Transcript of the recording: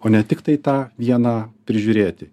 o ne tiktai tą vieną prižiūrėti